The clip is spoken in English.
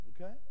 Okay